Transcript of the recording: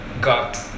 got